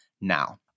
now